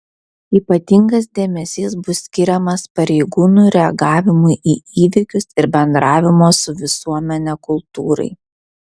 ypatingas dėmesys bus skiriamas pareigūnų reagavimui į įvykius ir bendravimo su visuomene kultūrai